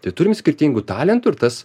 tai turim skirtingų talentų ir tas